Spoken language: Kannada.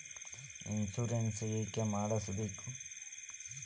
ಇನ್ಶೂರೆನ್ಸ್ ಯಾಕ್ ಮಾಡಿಸಬೇಕು?